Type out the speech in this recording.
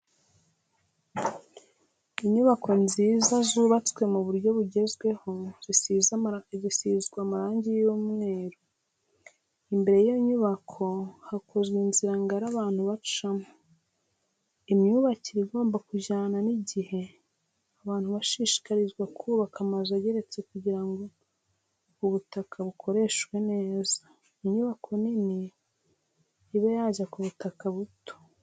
Inyubako nziza zubatswe mu buryo bugezweho zisize amarangi y'umweru, imbere y'iyo nyubako hakozwe inzira ngari abantu bacamo. Imyubakire igomba kujyana n'igihe, abantu bashishikarizwa kubaka amazu ageretse kugira ngo ubutaka bukoreshwe neza, inyubako nini ibe yajya ku butaka buto.